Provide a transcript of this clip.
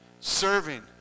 Serving